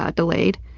ah delayed.